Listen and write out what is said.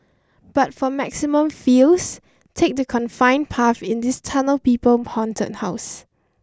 but for maximum feels take the confined path in this Tunnel People haunted house